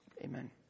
Amen